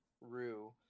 Rue